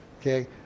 Okay